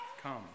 come